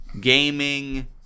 gaming